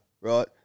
right